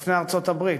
בפני ארצות-הברית.